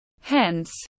Hence